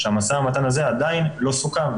כשהמשא ומתן הזה עדיין לא סוכם.